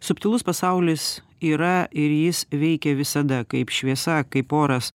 subtilus pasaulis yra ir jis veikia visada kaip šviesa kaip oras